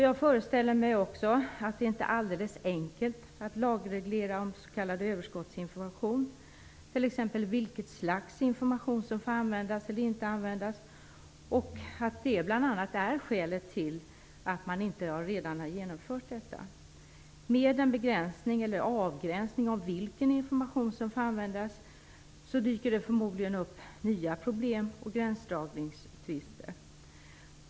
Jag föreställer mig också att det inte är alldeles enkelt att lagreglera om s.k. överskottsinformation, t.ex. vilket slags information som får användas eller inte användas, och att det bl.a. är skälet till att man inte redan har genomfört detta. Med en begränsning eller avgränsning av vilken information som får användas dyker det förmodligen upp nya problem och gränsdragningstvister.